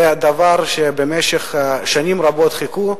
זה דבר שבמשך שנים רבות חיכו לו,